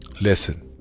Listen